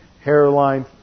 hairline